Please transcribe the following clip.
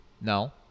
No